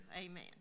Amen